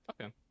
Okay